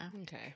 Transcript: Okay